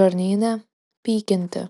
žarnyne pykinti